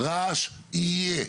רעש יהיה,